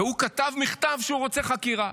והוא כתב מכתב שהוא רוצה חקירה.